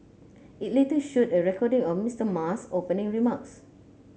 it later showed a recording of Mister Ma's opening remarks